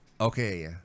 Okay